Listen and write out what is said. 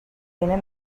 தின